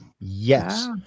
Yes